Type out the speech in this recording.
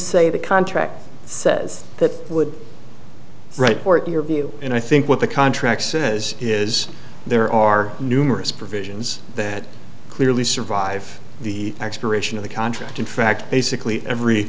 say the contract says that would right or in your view and i think what the contract says is there are numerous provisions that clearly survive the expiration of the contract contract basically every